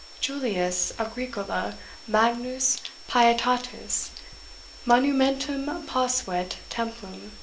julius agricola magnus pietatis monumentum posuit templum